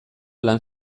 lan